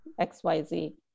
XYZ